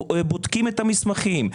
בודקים את המסמכים,